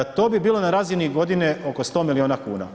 To bi bilo na razini godine oko 100 miliona kuna.